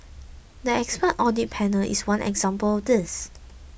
the expert audit panel is one example of this